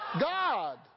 God